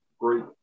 Great